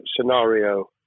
scenario